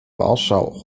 warschau